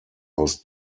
aus